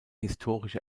historische